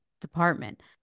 Department